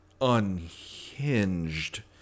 unhinged